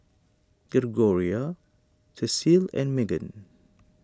Gregoria Cecile and Magan